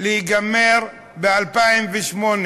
להיגמר ב-2008,